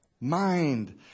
mind